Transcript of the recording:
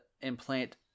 implant